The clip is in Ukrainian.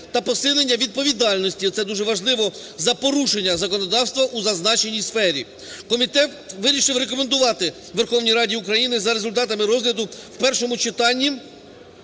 та посилення відповідальності (це дуже важливо) за порушення законодавства у зазначеній сфері. Комітет вирішив рекомендувати Верховній Раді України за результатами розгляду в першому читанні